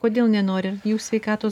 kodėl nenori jų sveikatos